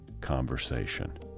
conversation